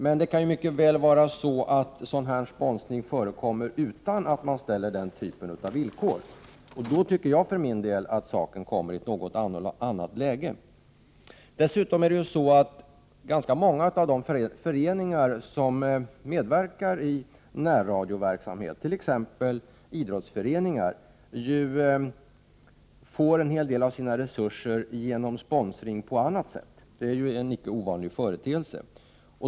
Men det kan ju mycket väl vara så att sponsring förekommer utan att man ställer den typen av villkor. Jag tycker för min del att saken då kommer i ett något annat läge. Dessutom får ganska många av de föreningar som medverkar i närradioverksamhet, t.ex. idrottsföreningar, en del av sina resurser genom annan form av sponsring. Det är ju en icke ovanlig företeelse.